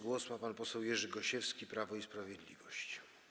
Głos ma pan poseł Jerzy Gosiewski, Prawo i Sprawiedliwość.